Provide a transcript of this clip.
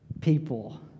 people